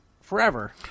forever